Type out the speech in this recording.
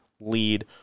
lead